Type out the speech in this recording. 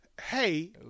Hey